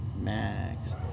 Max